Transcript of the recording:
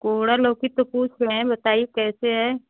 कोहरा लौकी तो पूछ रहे हैं बताइए कैसे है